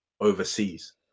overseas